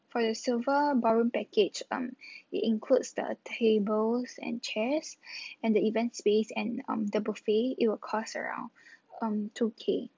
for the silver ballroom package um it includes the tables and chairs and the event space and um the buffet it will cost around um two K